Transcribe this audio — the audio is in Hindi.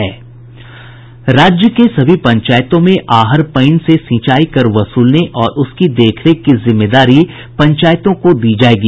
राज्य के सभी पंचायतों में आहर पईन से सिंचाई कर वसूलने और उसकी देख रेख की जिम्मेदारी पंचायतों को दी जायेगी